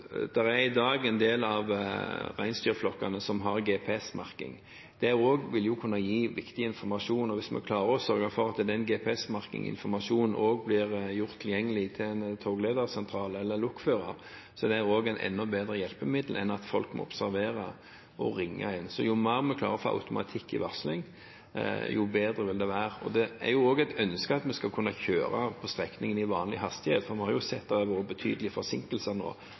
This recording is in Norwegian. det GPS-merket med informasjon også blir gjort tilgjengelig for en togledersentral eller lokfører, er det et enda bedre hjelpemiddel enn at folk må observere og ringe inn. Så jo mer vi klarer å få automatikk i varsling, jo bedre vil det være. Det er også et ønske at vi skal kunne kjøre på strekningen i vanlig hastighet, for vi har sett at det har vært betydelige forsinkelser nå.